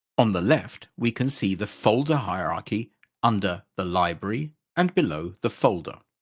on the left we can see the folder hierarchy under the library and below the folder.